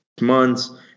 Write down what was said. months